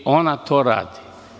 Ona to radi.